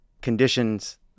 conditions